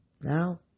Now